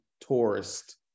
tourist